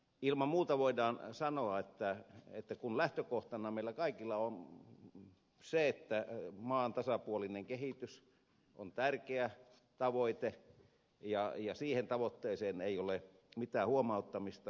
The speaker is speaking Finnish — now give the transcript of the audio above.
ilman muuta voidaan sanoa että lähtökohtana meillä kaikilla on se että maan tasapuolinen kehitys on tärkeä tavoite siihen tavoitteeseen ei ole mitään huomauttamista